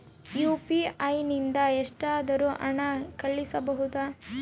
UPI ನಿಂದ ಎಷ್ಟಾದರೂ ಹಣ ಕಳಿಸಬಹುದಾ?